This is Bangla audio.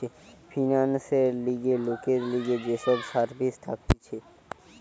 ফিন্যান্সের লিগে লোকের লিগে যে সব সার্ভিস থাকতিছে